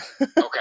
Okay